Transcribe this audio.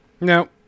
No